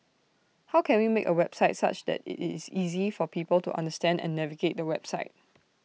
how can we make A website such that IT is easy for people to understand and navigate the website